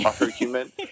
argument